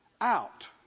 out